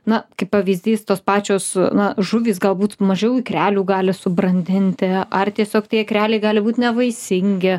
na kaip pavyzdys tos pačios na žuvys galbūt mažiau ikrelių gali subrandinti ar tiesiog tie ikreliai gali būt nevaisingi